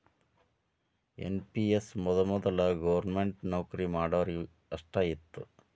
NPS ಮೊದಲ ವೊದಲ government ನೌಕರಿ ಮಾಡೋರಿಗೆ ಅಷ್ಟ ಇತ್ತು